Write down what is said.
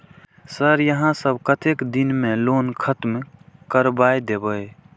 Sir यहाँ सब कतेक दिन में लोन खत्म करबाए देबे?